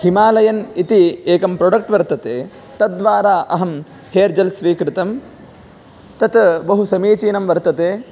Himalayan इति एकं product वर्तते तद्वारा अहं हेर्जेल् स्वीकृतं तत् बहुसमीचीनं वर्तते